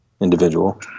individual